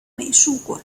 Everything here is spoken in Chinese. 美术馆